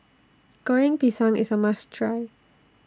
Goreng Pisang IS A must Try